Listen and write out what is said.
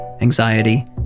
anxiety